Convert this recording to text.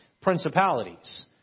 principalities